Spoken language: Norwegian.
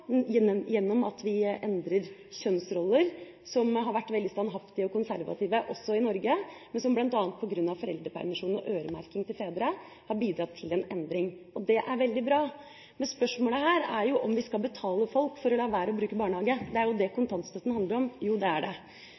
i Norge, men som bl.a. på grunn av foreldrepermisjonen og øremerking til fedre har bidratt til en endring. Det er veldig bra. Spørsmålet her er jo om vi skal betale folk for å la være å bruke barnehage, det er det kontantstøtte handler om – jo, det er det!